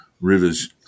rivers